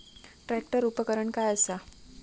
Tractor उपकरण काय असा?